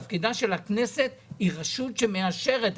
הכנסת היא רשות שמאשרת.